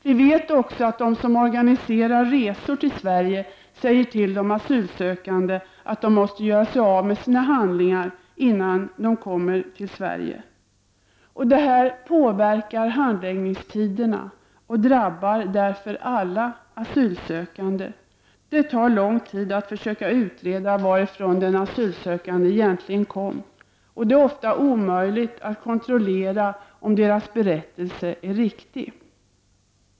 Vi vet också att de som organiserar resor till Sverige säger till de asylsökande att de måste göra sig av med handlingarna innan de kommer till Sverige. Det här påverkar handläggningstiderna och drabbar därför alla asylsökande. Det tar lång tid att försöka utreda varifrån den asylsökande egentligen kommit. Det är ofta omöjligt att kontrollera om deras berättelser är riktiga.